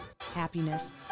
happiness